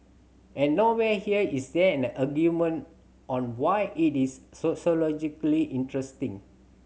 and nowhere here is there an argument on why it is sociologically interesting